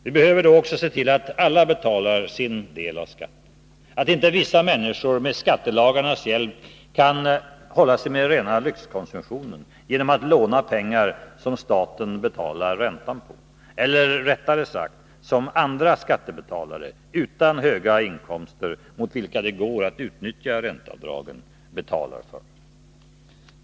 Vi behöver då också se till så att alla betalar sin del av skatten, att inte vissa människor med skattelagarnas hjälp kan hålla sig med rena lyxkonsumtionen genom att låna pengar som staten betalar räntan på — eller, rättare sagt: som andra skattebetalare utan höga inkomster mot vilka det går att utnyttja räntebidragen betalar för.